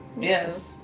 Yes